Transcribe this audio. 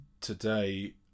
today